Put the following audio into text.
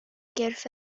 gyrff